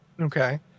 Okay